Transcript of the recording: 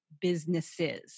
businesses